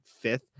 fifth